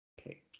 Okay